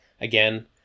again